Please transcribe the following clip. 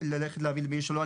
ללכת להביא את המעיל שלו,